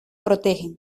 protegen